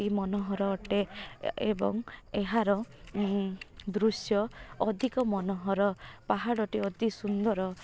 ଅତି ମନୋହର ଅଟେ ଏବଂ ଏହାର ଦୃଶ୍ୟ ଅଧିକ ମନୋହର ପାହାଡ଼ଟି ଅତି ସୁନ୍ଦର